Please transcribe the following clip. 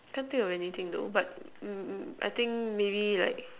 can't think of anything though but mm mm I think maybe like